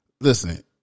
Listen